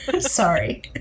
Sorry